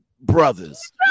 brothers